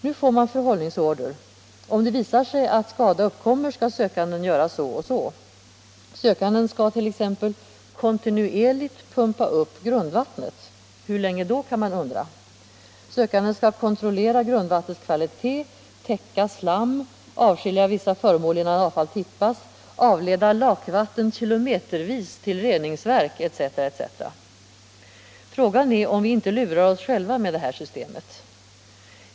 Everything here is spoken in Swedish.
Nu får man förhållningsorder: om det visar sig att skada uppkommer skall sökanden göra så och så. Sökanden skall t.ex. kontinuerligt pumpa upp grundvattnet , sökanden skall kontrollera grundvattnets kvalitet, täcka slam, avskilja vissa föremål innan avfall tippas, avleda lakvatten kilometervis till reningsverk etc. Frågan är om vi inte lurar oss själva med det här systemet.